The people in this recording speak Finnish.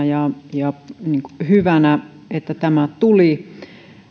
ja ja sitä että tämä tuli erittäin tarpeellisena ja hyvänä